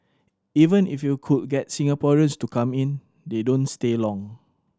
even if you could get Singaporeans to come in they don't stay long